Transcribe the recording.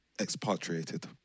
expatriated